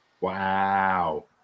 Wow